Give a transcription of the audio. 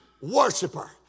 worshiper